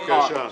איסי, בבקשה.